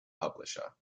publisher